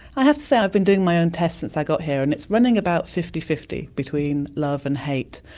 i have to say i've been doing my own tests since i got here and it's running about fifty fifty between love and hate.